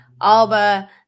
Alba